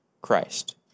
Christ